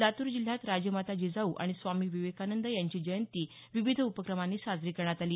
लातूर जिल्ह्यात राजमाता जिजाऊ आणि स्वामी विवेकानंद यांची जयंती विविध उपक्रमांनी साजरी करण्यात आली